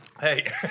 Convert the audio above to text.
Hey